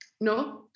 No